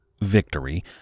victory